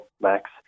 Max